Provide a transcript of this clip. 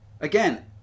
again